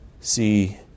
see